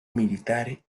militar